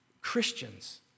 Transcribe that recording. Christians